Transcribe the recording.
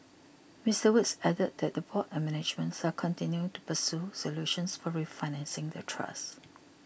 Mister Woods added that the board and management are continuing to pursue solutions for refinancing the trust